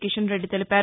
కిషన్రెడ్డి తెలిపారు